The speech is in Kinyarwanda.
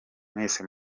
mwese